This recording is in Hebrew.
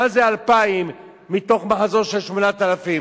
מה זה 2,000 מתוך מחזור של 8,000?